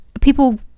people